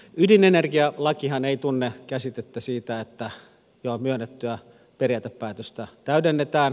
ydinenergialakihan ei tunne käsitettä siitä että jo myönnettyä periaatepäätöstä täydennetään